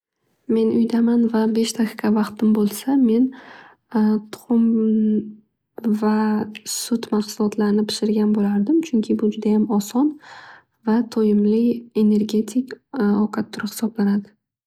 Men uydaman va besh daqiqa vaqtim bo'lsa men tuxum va sut mahsulotlarini pishirgan bo'lardim. Chunki bu juda ham oson va to'yimli energetik ovqat turi hisoblanadi.